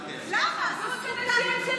כדי שהוא יימלט מהכלא, זה מה שאתם רוצים.